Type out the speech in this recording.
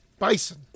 Bison